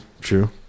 True